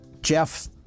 Jeff